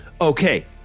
Okay